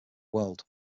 world